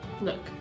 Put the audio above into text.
Look